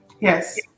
Yes